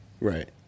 right